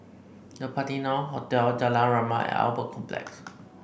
The Patina Hotel Jalan Rahmat and Albert Complex